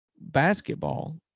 basketball